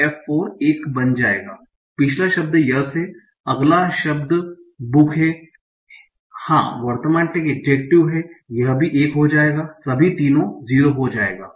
तो यह f 4 1 बन जाएगा पिछला शब्द yes है अगला शब्द बुक है हां वर्तमान टैग एड्जेक्टिव है यह भी 1 हो जाएगा सभी तीनों 0 हो जाएगा